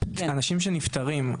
אנשים שנפטרים,